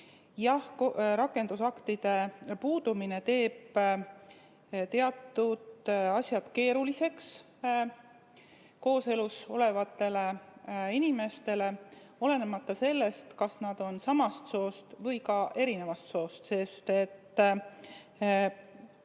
Jah, rakendusaktide puudumine teeb teatud asjad keeruliseks kooselus olevatele inimestele, olenemata sellest, kas nad on samast soost või erinevast soost. Notarid